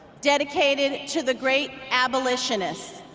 dedicated to the great abolitionist